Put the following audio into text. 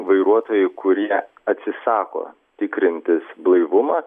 vairuotojai kurie atsisako tikrintis blaivumą